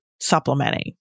supplementing